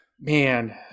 Man